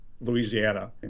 Louisiana